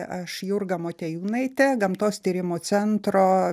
aš jurga motiejūnaitė gamtos tyrimo centro